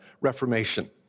Reformation